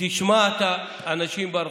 תשמע את האנשים ברחוב.